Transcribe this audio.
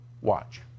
Watch